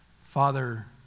Father